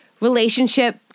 relationship